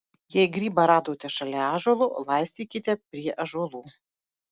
jei grybą radote šalia ąžuolo laistykite prie ąžuolų